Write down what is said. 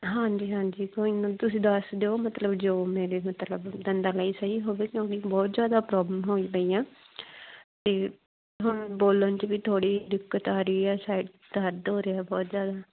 ਹਾਂਜੀ ਹਾਂਜੀ ਕੋਈ ਨਾ ਤੁਸੀਂ ਦੱਸ ਦਿਓ ਮਤਲਬ ਜੋ ਮੇਰੇ ਮਤਲਬ ਦੰਦਾਂ ਲਈ ਸਹੀ ਹੋਵੇ ਕਿਉਂਕਿ ਬਹੁਤ ਜ਼ਿਆਦਾ ਪ੍ਰੋਬਲਮ ਹੋਈ ਪਈ ਆ ਅਤੇ ਹੁਣ ਬੋਲਣ 'ਚ ਵੀ ਥੋੜ੍ਹੀ ਦਿੱਕਤ ਆ ਰਹੀ ਹੈ ਸਾਈਡ ਦਰਦ ਹੋ ਰਿਹਾ ਬਹੁਤ ਜ਼ਿਆਦਾ